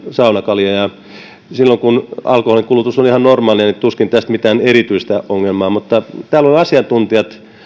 saunakaljaksi silloin kun alkoholin kulutus on ihan normaalia tuskin tästä mitään erityistä ongelmaa tulee mutta täällä ovat asiantuntijat